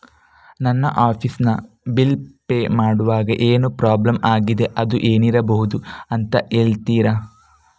ನನ್ನ ಆಫೀಸ್ ನ bill pay ಮಾಡ್ವಾಗ ಏನೋ ಪ್ರಾಬ್ಲಮ್ ಆಗಿದೆ ಅದು ಏನಿರಬಹುದು ಅಂತ ಹೇಳ್ತೀರಾ?